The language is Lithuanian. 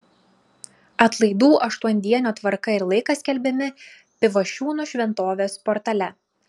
atlaidų aštuondienio tvarka ir laikas skelbiami pivašiūnų šventovės portale